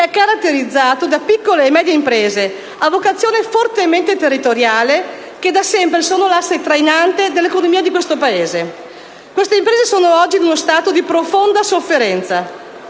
è caratterizzato da piccole e medie imprese, a vocazione fortemente territoriale, che da sempre sono l'asse trainante dell'economia del Paese. Queste imprese sono oggi in uno stato di profonda sofferenza.